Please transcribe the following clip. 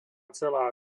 celá